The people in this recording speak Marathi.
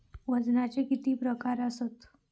वजनाचे किती प्रकार आसत?